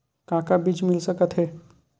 का का बीज मिल सकत हे?